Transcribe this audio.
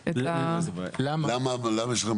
למה?